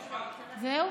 זהו?